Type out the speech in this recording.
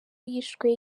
yishwe